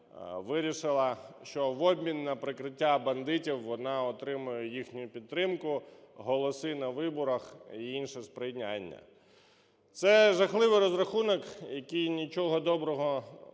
вирішила, що в обмін на прикриття бандитів вона отримає їхню підтримку, голоси на виборах і інше сприяння. Це жахливий розрахунок, який нічого доброго не